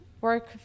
work